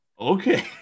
Okay